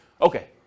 Okay